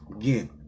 Again